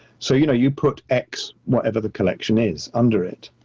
so, you know, you put x, whatever the collection is under it.